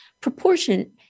Proportion